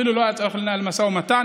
אפילו לא היה צורך לנהל משא ומתן,